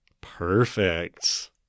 Perfect